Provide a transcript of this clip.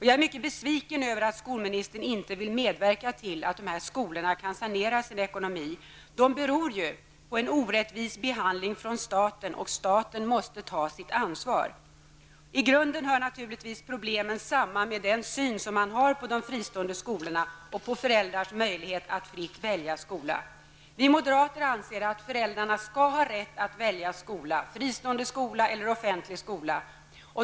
Jag är mycket besviken över att skolministern inte vill medverka till att dessa skolor kan sanera sin ekonomi. Problemen beror ju på en orättvis behandling från staten, och staten måste ta sitt ansvar. I grunden hör naturligtvis problemen samman med den syn man har på de fristående skolorna och på föräldrarnas möjlighet att fritt välja skola. Vi moderater anser att föräldrarna skall ha rätt att välja skola, fristående skola eller offentlig skola.